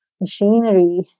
machinery